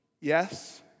Yes